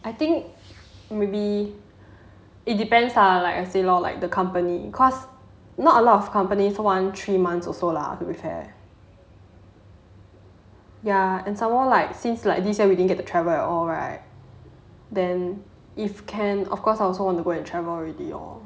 I think maybe it depends lah like I say lor like the company because not a lot of companies wants three months also lah to be fair ya and some more like since like this and we didn't get to travel at all right then if can of course I also want to go and travel already lor